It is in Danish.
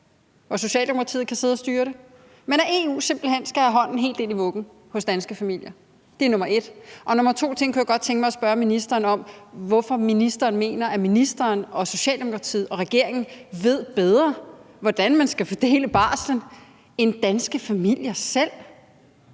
og Socialdemokratiet, der kan sidde og styre det, men at EU simpelt hen skal have hånden helt ned i vuggen hos danske familier? Som det andet spørgsmål kunne jeg godt tænke mig at spørge ministeren, hvorfor ministeren mener, at ministeren og Socialdemokratiet og regeringen ved bedre, hvordan man skal fordele barslen, end danske familier selv.